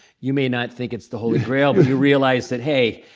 you may not think it's the holy grail. but you realize that, hey,